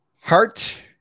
Heart